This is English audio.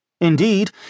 Indeed